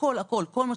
כל מה שצריך,